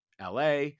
LA